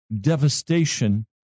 devastation